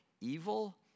evil